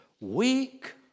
Weak